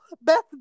Beth